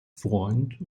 freund